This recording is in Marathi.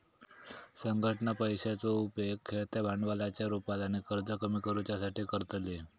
संघटना पैशाचो उपेग खेळत्या भांडवलाच्या रुपात आणि कर्ज कमी करुच्यासाठी करतली